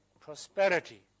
prosperity